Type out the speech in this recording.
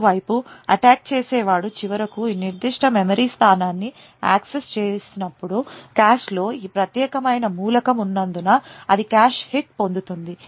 మరోవైపు అటాక్ చేసేవాడు చివరకు ఈ నిర్దిష్ట మెమరీ స్థానాన్ని యాక్సెస్ చేసినప్పుడు కాష్లో ఈ ప్రత్యేకమైన మూలకం ఉన్నందున అది కాష్ హిట్ను పొందుతుంది